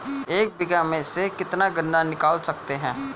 एक बीघे में से कितना गन्ना निकाल सकते हैं?